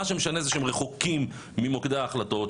מה שמשנה זה שהם רחוקים ממוקדי ההחלטות,